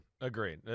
agreed